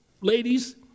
Ladies